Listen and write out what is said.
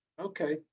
okay